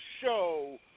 show